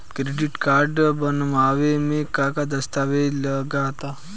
Credit card बनवावे म का का दस्तावेज लगा ता?